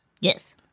Yes